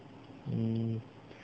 mm